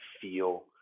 feel